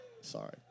Sorry